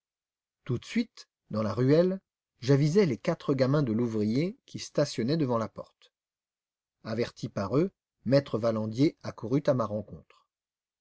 tout de suite dans la ruelle j'avisai les quatre gamins de l'ouvrier qui stationnaient devant la porte averti par eux m e valandier accourut à ma rencontre